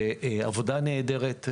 עבודה נהדרת,